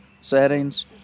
settings